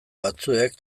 batzuek